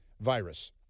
virus